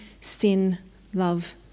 sin-love